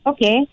Okay